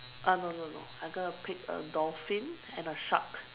uh no no no I'm gonna pick a dolphin and a shark